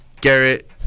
garrett